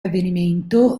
avvenimento